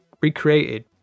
recreated